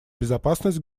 безопасность